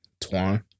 Twan